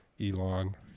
Elon